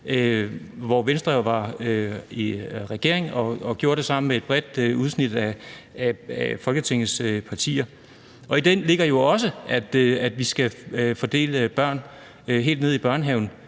hvor Venstre var i regering og gjorde det sammen med et bredt udsnit af Folketingets partier. I den ligger jo også, at vi skal fordele børn helt ned i børnehaven,